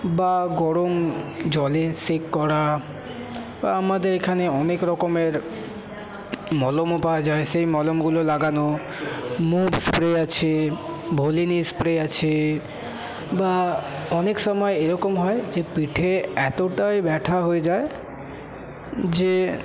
বা গরম জলে সেক করা বা আমাদের এখানে অনেক রকমের মলমও পাওয়া যায় সেই মলমগুলো লাগানো মুভ স্প্রে আছে ভোলিনি স্প্রে আছে বা অনেক সময় এরকম হয় যে পিঠে এতোটাই ব্যাথা হয়ে যায় যে